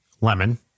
lemon